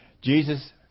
Jesus